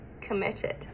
committed